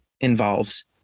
involves